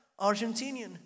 Argentinian